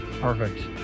Perfect